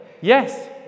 Yes